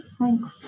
Thanks